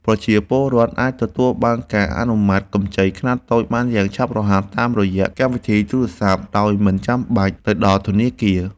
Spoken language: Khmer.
ប្រជាពលរដ្ឋអាចទទួលបានការអនុម័តកម្ចីខ្នាតតូចបានយ៉ាងឆាប់រហ័សតាមរយៈកម្មវិធីទូរស័ព្ទដោយមិនចាំបាច់ទៅដល់ធនាគារ។